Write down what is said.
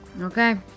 Okay